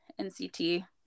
NCT